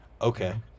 okay